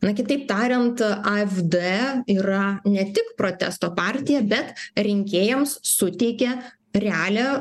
na kitaip tariant afd yra ne tik protesto partija bet rinkėjams suteikia realią